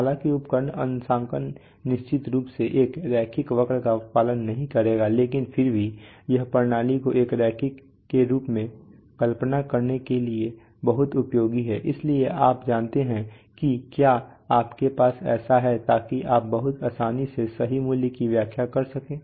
हालांकि उपकरण अंशांकन निश्चित रूप से एक रैखिक वक्र का पालन नहीं करेंगे लेकिन फिर भी यह प्रणाली को एक रैखिक के रूप में कल्पना करने के लिए बहुत उपयोगी है इसलिए आप जानते हैं कि क्या आपके पास ऐसा है ताकि आप बहुत आसानी से सही मूल्य की व्याख्या कर सकें